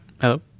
Hello